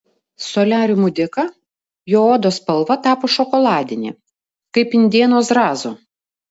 soliariumų dėka jo odos spalva tapo šokoladinė kaip indėno zrazo